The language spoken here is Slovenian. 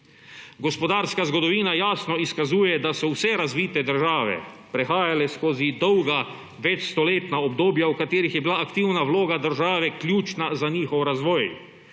Gospodarska zgodovina jasno izkazuje, da so vse razvite države prehajale skozi dolga, večstoletna obdobja, v katerih je bila aktivna vloga države ključna za njihov razvoj.